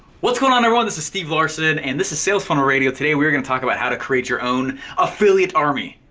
what's going on everyone, this is steve larsen, and this is sales funnel radio. today we are gonna talk about how to create your own affiliate army.